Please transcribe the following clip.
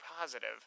positive